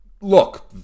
Look